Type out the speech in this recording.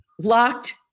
locked